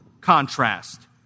contrast